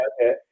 okay